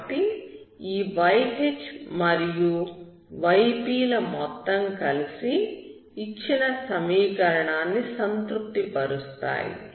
కాబట్టి ఈ yH మరియు yp ల మొత్తం కలిసి ఇచ్చిన సమీకరణాన్ని సంతృప్తి పరుస్తాయి